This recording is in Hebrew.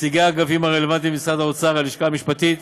נציגי האגפים הרלוונטיים במשרד האוצר: הלשכה המשפטית,